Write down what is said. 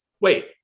wait